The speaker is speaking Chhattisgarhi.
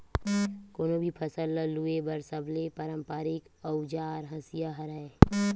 कोनो भी फसल ल लूए बर सबले पारंपरिक अउजार हसिया हरय